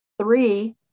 Three